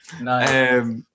Nice